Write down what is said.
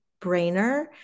brainer